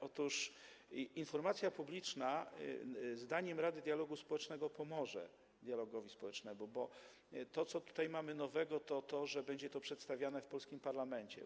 Otóż informacja publiczna, zdaniem Rady Dialogu Społecznego, pomoże dialogowi społecznemu, bo to, co tutaj mamy nowego, dotyczy tego, że będzie to przedstawiane w polskim parlamencie.